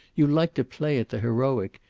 you like to play at the heroic.